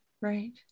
right